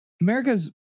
America's